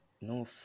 no